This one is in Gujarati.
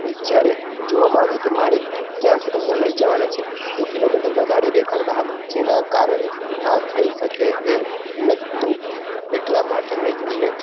જ્યારે જોવામાં આવ્યું કે મારે ક્યાંથી તમને લઈ જવાના છે તો કિલોમીટર વધારે દેખાડતા હતા જેના કારણે આ થઈ શકે એમ ન હતું એટલા માટે મેં તમને